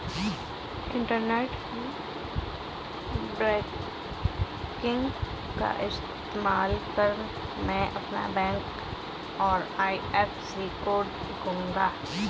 internet banking का इस्तेमाल कर मैं अपना बैंक और आई.एफ.एस.सी कोड लिखूंगा